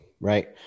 right